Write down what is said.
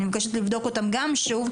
אני מבקשת לבדוק אותם שוב,